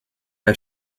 are